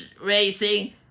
racing